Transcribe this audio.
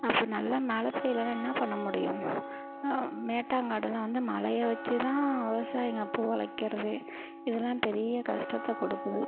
அப்போ நல்ல மழை பெய்யலன்னா என்ன பண்ண முடியும் ஆ மேட்டாங் காடெல்லாம் வந்து மழையை வெச்சு தான் விவசாயிங்க அப்போ ஒழைக்கிறதே இதெல்லாம் பெரிய கஷ்டத்த கொடுக்குது